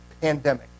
pandemic